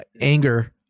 anger